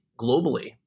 globally